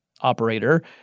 operator